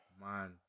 Man